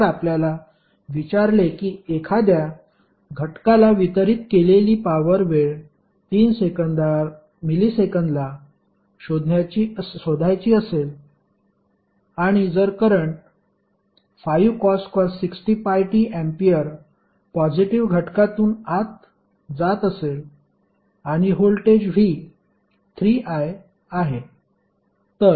जर आपल्याला विचारले कि एखाद्या घटकाला वितरित केलेली पॉवर वेळ 3 मिलिसेकंदला शोधायची असेल आणि जर current 5cos 60πt A positive घटकातून आत जात असेल आणि व्होल्टेज v 3i आहे